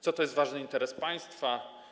Co to jest ważny interes państwa?